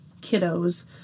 kiddos